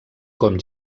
com